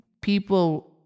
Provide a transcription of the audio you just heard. people